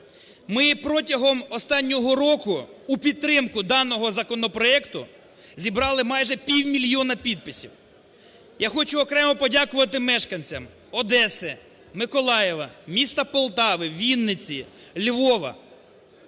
Ми протягом останнього року у підтримку даного законопроекту зібрали майже півмільйона підписів. Я хочу окремо подякувати мешканцям Одеси, Миколаєва, міста Полтави, Вінниці, Львова,